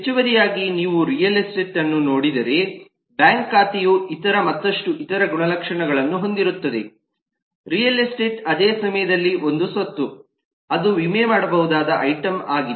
ಹೆಚ್ಚುವರಿಯಾಗಿ ನೀವು real estate ಅನ್ನು ನೋಡಿದರೆ ಬ್ಯಾಂಕ್ ಖಾತೆಯು ಇತರ ಮತ್ತಷ್ಟು ಇತರ ಗುಣಲಕ್ಷಣಗಳನ್ನು ಹೊಂದಿರುತ್ತದೆ ರಿಯಲ್ ಎಸ್ಟೇಟ್ ಅದೇ ಸಮಯದಲ್ಲಿ ಒಂದು ಸ್ವತ್ತು ಅದು ವಿಮೆ ಮಾಡಬಹುದಾದ ಐಟಂ ಆಗಿದೆ